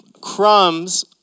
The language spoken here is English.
crumbs